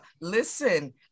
listen